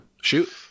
shoot